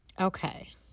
Okay